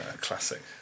classic